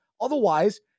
Otherwise